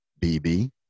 BB